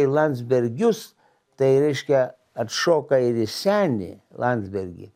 į landsbergius tai reiškia atšoka ir į senį landsbergį